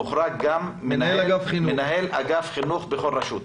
מוחרג גם מנהל אגף חינוך בכל רשות,